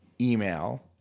email